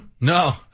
No